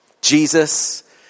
Jesus